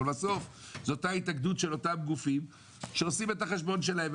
בסוף זו התאגדות של אותם גופים שעושים את החשבון שלהם,